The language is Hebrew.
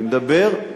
אני מדבר,